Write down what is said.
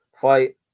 fight